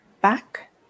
back